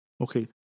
Okay